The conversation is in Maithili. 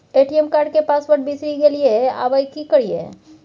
ए.टी.एम कार्ड के पासवर्ड बिसरि गेलियै आबय की करियै?